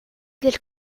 del